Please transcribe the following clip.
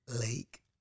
Lake